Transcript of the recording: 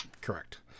Correct